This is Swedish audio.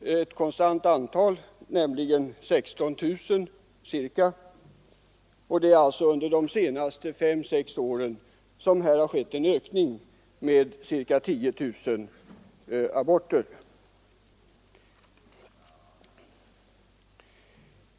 ett konstant årligt antal aborter på ca 16 000 medan det under de senaste fem till sex åren skett en ökning med ca 10 000 aborter.